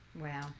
Wow